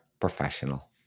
professional